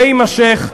ויימשך.